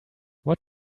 what